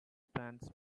pants